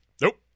nope